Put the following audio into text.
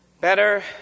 Better